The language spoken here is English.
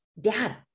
data